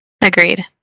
Agreed